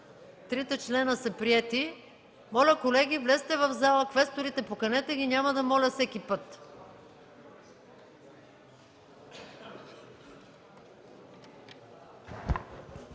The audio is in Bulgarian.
Трите члена са приети. Моля, колеги, влезте в залата. Квесторите, поканете ги – няма да моля всеки път.